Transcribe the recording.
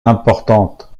importantes